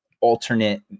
alternate